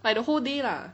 like the whole day lah